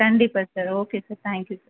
கண்டிப்பாக sir okay sir thank you sir